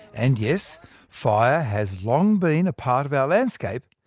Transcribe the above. and yes fire has long been part of our landscape,